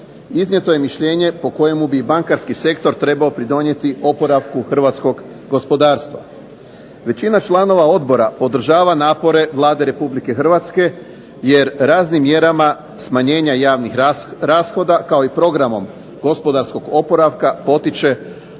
iznijeto je mišljenje po kojemu bi i bankarski sektor trebao pridonijeti oporavku hrvatskog gospodarstva. Većina članova odbora podržava napore Vlade Republike Hrvatske, jer raznim mjerama smanjenja javnih rashoda, kao i programom gospodarskog oporavka potiče